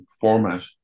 format